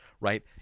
right